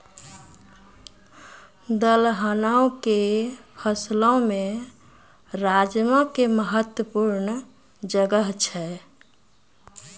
दलहनो के फसलो मे राजमा के महत्वपूर्ण जगह छै